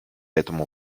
этому